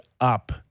up